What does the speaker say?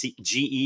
GE